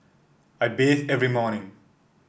I bathe every morning